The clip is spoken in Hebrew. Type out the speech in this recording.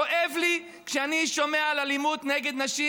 כואב לי כשאני שומע על אלימות נגד נשים,